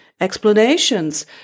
explanations